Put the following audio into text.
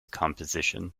composition